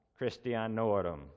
Christianorum